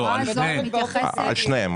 לא, על שניהם.